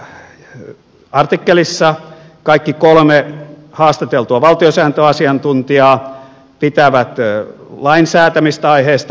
tässä artikkelissa kaikki kolme haastateltua valtiosääntöasiantuntijaa pitävät lain säätämistä aiheesta välttämättömänä